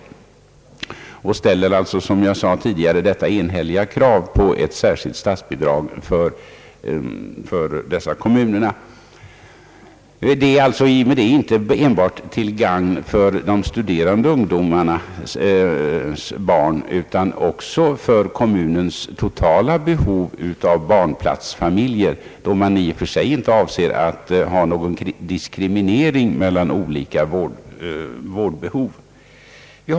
Förbundet ställer alltså krav på ett särskilt statsbidrag för dessa kommuner, något som inte enbart skulle vara till gagn för de studerande ungdomarnas barn utan också när det gäller att tillgodose kommunernas totala behov av daghemsplatser. Avsikten är ju inte att diskriminera något slags vårdbehov.